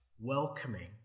Welcoming